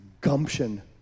gumption